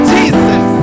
Jesus